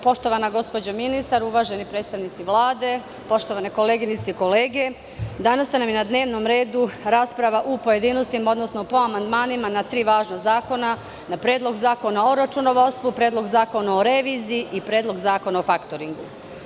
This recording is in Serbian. Poštovana gospođo ministar, uvaženi predstavnici Vlade, poštovane koleginice i kolege, danas nam je na dnevnom redu rasprava u pojedinostima, odnosno po amandmanima na tri važna zakona: Predlog zakona o računovodstvu, Predlog zakona o reviziji i Predlog zakona o faktoringu.